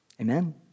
Amen